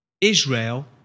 Israel